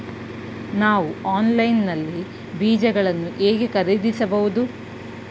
ನಾವು ಆನ್ಲೈನ್ ನಲ್ಲಿ ಬೀಜಗಳನ್ನು ಹೇಗೆ ಖರೀದಿಸಬಹುದು?